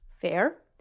Fair